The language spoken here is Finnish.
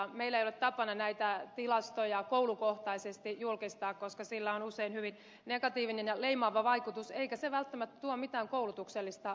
meillä ei ole tapana näitä tilastoja koulukohtaisesti julkistaa koska sillä on usein hyvin negatiivinen ja leimaava vaikutus eikä se välttämättä tuo mitään koulutuksellista hyötyä